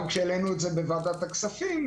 גם כשהעלינו את זה בוועדת הכספים,